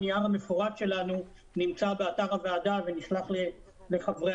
הנייר המפורט שלנו נמצא באתר הוועדה ונשלח לחברי